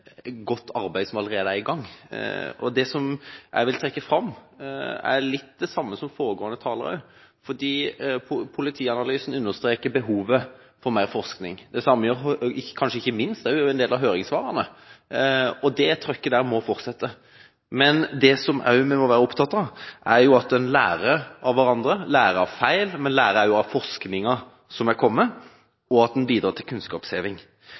godt svar. Som flere har understreket, er det jo mye godt arbeid som allerede er i gang. Jeg vil trekke fram litt det samme som foregående talere. For Politianalysen understreker behovet for mer forskning, og det samme gjør – kanskje ikke minst – også en del av høringssvarene, og det trykket må fortsette. Men det vi også må være opptatt av, er at en lærer av hverandre, lærer av feil, lærer av forskningen som har kommet, og bidrar til kunnskapsheving.